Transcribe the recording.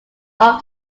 off